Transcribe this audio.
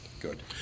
Good